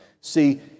See